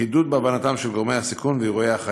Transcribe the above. חידוד בהבנתם של גורמי הסיכון ואירועי החיים,